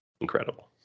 incredible